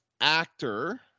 Actor